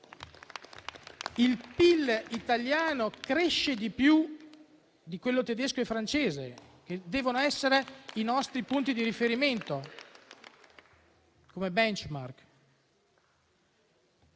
il PIL italiano cresce di più di quello tedesco e francese, che devono essere i nostri punti di riferimento, il *benchmark*.